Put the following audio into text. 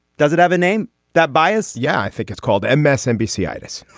does it have a name that bias. yeah i think it's called msnbc itis